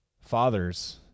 Fathers